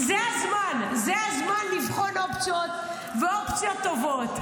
זה הזמן, זה הזמן לבחון אופציות, ואופציות טובות.